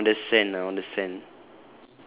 o~ on the sand ah on the sand